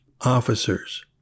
officers